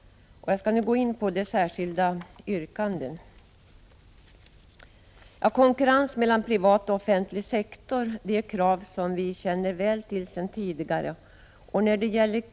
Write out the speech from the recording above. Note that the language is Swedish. Jag skall nu övergå till att kommentera de olika yrkandena. Kraven på konkurrens mellan privat och offentlig sektor känner vi väl till sedan tidigare.